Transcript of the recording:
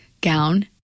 gown